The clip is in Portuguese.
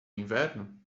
inverno